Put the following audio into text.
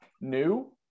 New